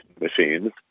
machines